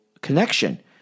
connection